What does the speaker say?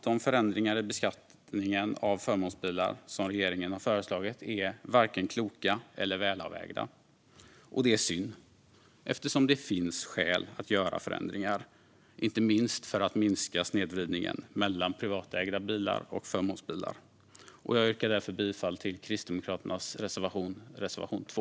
De förändringar i beskattningen av förmånsbilar som regeringen har föreslagit är varken kloka eller välavvägda. Det är synd, eftersom det finns skäl att göra förändringar inte minst för att minska snedvridningen mellan privatägda bilar och förmånsbilar. Jag yrkar därför bifall till Kristdemokraternas reservation, reservation 2.